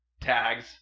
tags